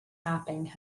mapping